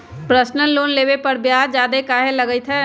Personal loan लेबे पर ब्याज ज्यादा काहे लागईत है?